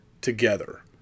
together